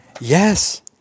Yes